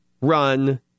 run